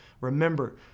Remember